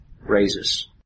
raises